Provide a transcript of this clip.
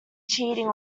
cheating